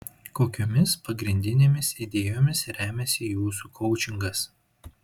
kokiomis pagrindinėmis idėjomis remiasi jūsų koučingas